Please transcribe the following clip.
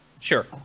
Sure